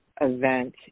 event